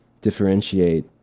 differentiate